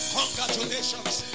congratulations